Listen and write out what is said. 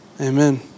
Amen